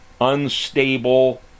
unstable